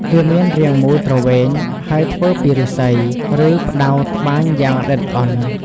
វាមានរាងមូលទ្រវែង ហើយធ្វើពីឫស្សី ឬផ្តៅត្បាញយ៉ាងល្អិតល្អន់។